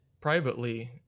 privately